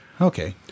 Okay